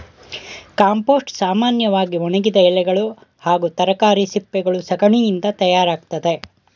compost ಸಾಮನ್ಯವಾಗಿ ಒಣಗಿದ ಎಲೆಗಳು ಹಾಗೂ ತರಕಾರಿ ಸಿಪ್ಪೆಗಳು ಸಗಣಿಯಿಂದ ತಯಾರಾಗ್ತದೆ